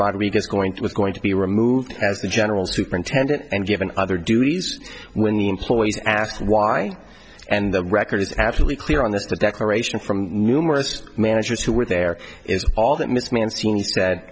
rodriguez going to was going to be removed as the general superintendent and given other duties when the employees asked why and the record is absolutely clear on this the declaration from numerous managers who were there is all that